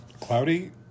cloudy